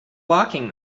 locking